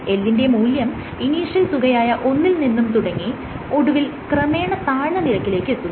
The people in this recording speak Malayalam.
L ന്റെ മൂല്യം ഇനീഷ്യൽ തുകയായ ഒന്നിൽ നിന്നും തുടങ്ങി ഒടുവിൽ ക്രമേണ താഴ്ന്ന നിരക്കിലേക്ക് എത്തുന്നു